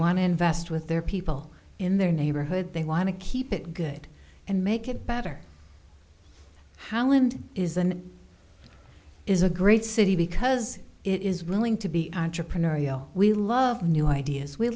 want to invest with their people in their neighborhood they want to keep it good and make it better howland is and is a great city because it is willing to be entrepreneurial we love new ideas we